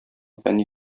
фәнни